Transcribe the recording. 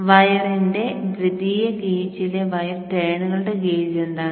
വയറിന്റെ ദ്വിതീയ ഗേജിലെ വയർ ടേണുകളുടെ ഗേജ് എന്താണ്